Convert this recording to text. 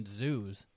zoos